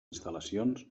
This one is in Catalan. instal·lacions